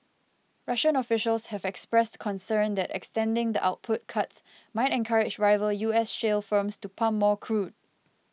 Russian officials had expressed concern that extending the output cuts might encourage rival U S shale firms to pump more crude